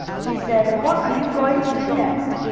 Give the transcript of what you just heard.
she said. what are you going to do next?